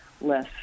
less